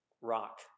rock